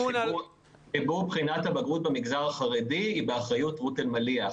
חיבור בחינת הבגרות במגזר החרדי היא באחריות רות אלמליח.